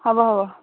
হ'ব হ'ব